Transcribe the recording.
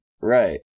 Right